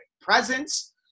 presence